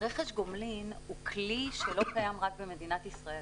רכש גומלין הוא כלי שלא קיים רק במדינת ישראל,